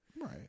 Right